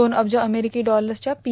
दोन अब्ज अमेरिकी डॉलर्सच्या पी